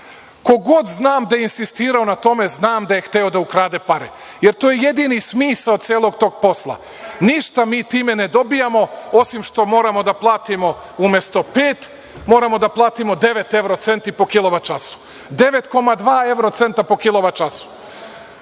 god znam da je insistirao na tome znam da je hteo da ukrade pare, jer to je jedini smisao celog tog posla. Ništa mi time ne dobijamo, osim što moramo da platimo, umesto pet, devet evra centi po kilovat času, devet koma dva evro centa po kilovat času.